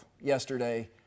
yesterday